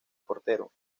portero